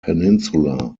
peninsula